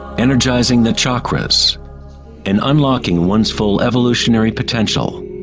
energizing the chakras and unlocking one's full evolutionary potential.